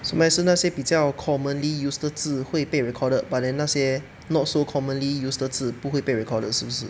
是 meh 是那些比较 commonly used 的字会被 recorded but then 那些 not so commonly used 的字不会被 recorded 是不是